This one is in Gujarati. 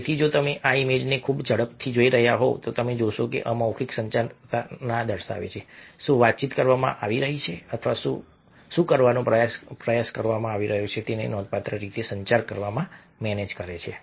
તેથી જો તમે આ ઈમેજને ખૂબ જ ઝડપથી જોઈ રહ્યા હોવ તો તમે જોશો કે અમૌખિક સંચારના દર્શાવે છે શું વાતચીત કરવામાં આવી રહી છે અથવા શું કરવાનો પ્રયાસ કરવામાં આવી રહ્યો છે તે નોંધપાત્ર રીતે સંચાર કરવામાં મેનેજ કરે છે